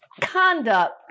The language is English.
conduct